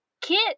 Kit